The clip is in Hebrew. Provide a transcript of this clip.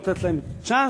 ונותנת להם צ'אנס,